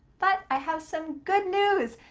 but, i have some good news.